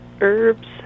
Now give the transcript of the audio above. herbs